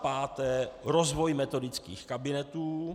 5. rozvoj metodických kabinetů;